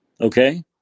okay